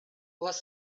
was